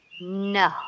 No